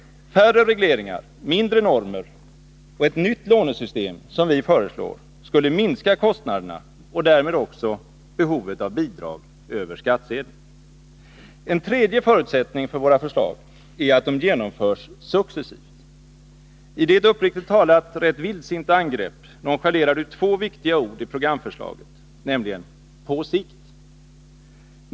Färre regleringar, mindre normer och ett nytt lånesystem, som vi föreslår, skulle minska kostnaderna och därmed också behovet av bidrag över skattsedeln. En tredje förutsättning för våra förslag är att de genomförs successivt. I Ditt uppriktigt talat rätt vildsinta angrepp nonchalerar Du två viktiga ord i programförslaget — på sikt”.